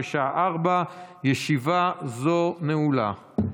בשעה 16:00. ישיבה זו נעולה.